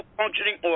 functioning